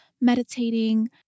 meditating